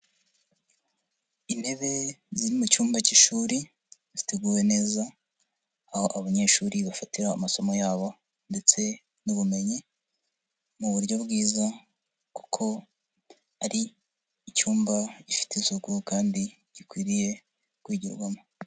Intebe ziri mu cyumba k'ishuri ziteguwe ,aho abanyeshuri bafatira amasomo yabo ndetse n'ubumenyi mu buryo bwiza kuko ari icyumba gifite isuku kandi gikwiriye kwigirwamo.